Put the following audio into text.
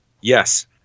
Yes